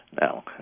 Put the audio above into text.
Now